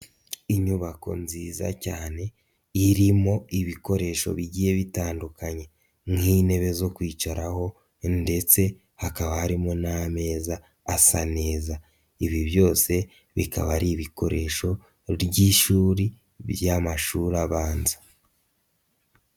Inyubako nziza cyane irimo ibikoresho bigiye bitandukanye nk'intebe zo kwicaraho ndetse hakaba harimo n'ameza asa neza, ibi byose bikaba ari ibikoresho by'ishuri ry'amashuri abanza.